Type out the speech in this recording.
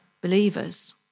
believers